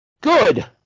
Good